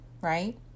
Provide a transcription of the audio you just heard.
right